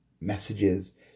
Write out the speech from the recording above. messages